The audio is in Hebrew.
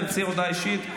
אם תרצי הודעה אישית,